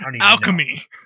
Alchemy